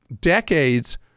decades